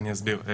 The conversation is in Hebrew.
אני אסביר.